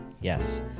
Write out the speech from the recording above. Yes